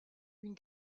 une